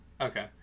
Okay